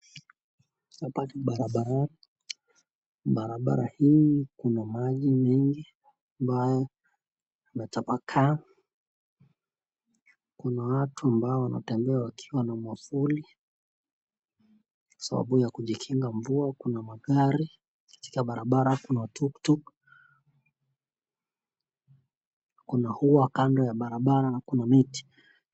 Hapa ni barabara. Barabara hii kuna maji mengi ambayo yametapakaa. Kuna watu ambao wanatembea wakiwa na mwavuli kwa sababu ya kujikinga mvua huku magari katika barabara, kuna tuktuk, kuna ua kando ya barabara na kuna miti.